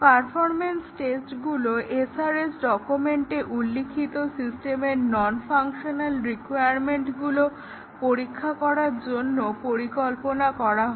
performance টেস্টগুলো SRS ডকুমেন্টে উল্লিখিত সিস্টেমের নন ফাংশনাল রিকোয়ারমেন্টগুলো পরীক্ষা করার জন্য পরিকল্পনা করা হয়